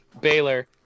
Baylor